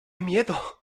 miedo